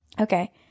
Okay